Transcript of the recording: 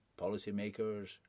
policymakers